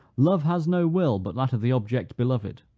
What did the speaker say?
love has no will but that of the object beloved,